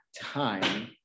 time